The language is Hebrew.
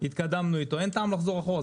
התקדמנו איתו ואין טעם לחזור אחורה,